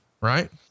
right